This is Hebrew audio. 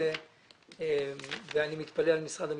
ממוצה ואני מתפלא על משרד המשפטים.